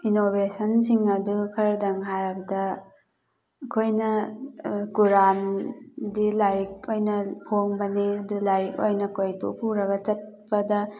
ꯏꯅꯣꯚꯦꯁꯟꯁꯤꯡ ꯑꯗꯨ ꯈꯔꯗꯪ ꯍꯥꯏꯔꯕꯗ ꯑꯩꯈꯣꯏꯅ ꯀꯨꯔꯥꯟ ꯗꯤ ꯂꯥꯏꯔꯤꯛ ꯑꯣꯏꯅ ꯐꯣꯡꯕꯅꯤ ꯑꯗꯨ ꯂꯥꯏꯔꯤꯛ ꯀꯣꯏꯄꯨ ꯄꯨꯔꯒ ꯆꯠꯄꯗ